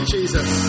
Jesus